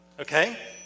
Okay